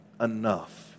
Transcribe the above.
enough